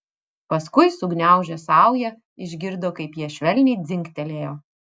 paskui sugniaužė saują išgirdo kaip jie švelniai dzingtelėjo